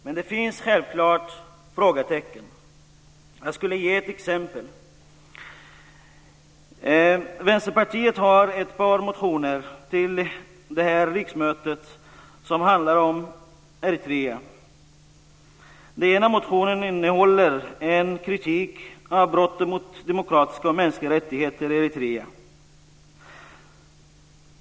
Men det finns självklart frågetecken. Jag ska ge ett exempel: Vänsterpartiet har väckt ett par reservationer under detta riksmöte som handlar om Eritrea. Den ena motionen innehåller kritik mot brott mot demokratiska och mänskliga rättigheter i Eritrea.